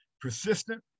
persistent